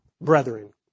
brethren